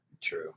True